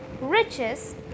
riches